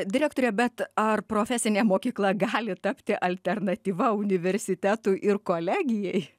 direktore bet ar profesinė mokykla gali tapti alternatyva universitetui ir kolegijai